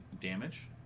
damage